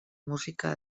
música